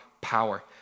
power